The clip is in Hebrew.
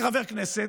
כחבר כנסת,